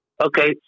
Okay